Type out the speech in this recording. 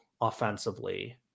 offensively